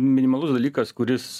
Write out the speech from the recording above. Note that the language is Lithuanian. minimalus dalykas kuris